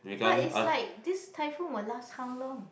but it's like this typhoon will last how long